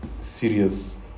serious